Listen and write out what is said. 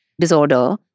disorder